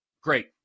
great